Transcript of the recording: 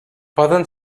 poden